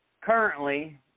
currently